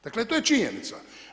Dakle, to je činjenica.